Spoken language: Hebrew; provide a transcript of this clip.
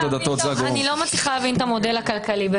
אני לא מצליחה להבין את המודל הכלכלי.